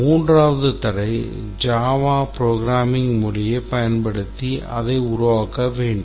மூன்றாவது தடை Java programming மொழியைப் பயன்படுத்தி அதை உருவாக்க வேண்டும்